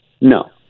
No